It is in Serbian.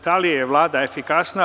Da li je Vlada efikasna?